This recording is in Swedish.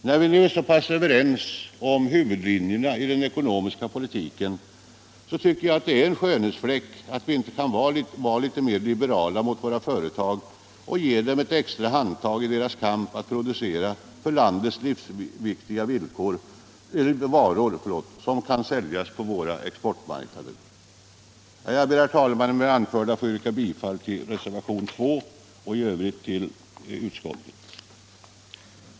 När vi nu är så pass överens om huvudlinjerna i den ekonomiska politiken, tycker jag att det är en skönhetsfläck att vi inte kan vara litet mer liberala mot våra företag och ge dem ett extra handtag i deras kamp att producera för landet livsviktiga varor, som kan säljas på våra exportmarknader. Med det anförda ber jag, herr talman, att få yrka bifall till reservationen 2 och i övrigt till vad utskottet hemställt.